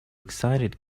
excited